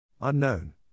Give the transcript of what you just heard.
Unknown